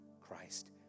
Christ